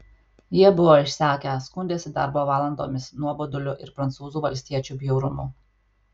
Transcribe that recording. jie buvo išsekę skundėsi darbo valandomis nuoboduliu ir prancūzų valstiečių bjaurumu